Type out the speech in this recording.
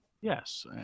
Yes